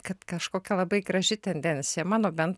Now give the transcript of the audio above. kad kažkokia labai graži tendencija mano bent